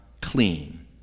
clean